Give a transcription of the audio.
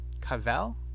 Cavell